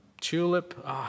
Tulip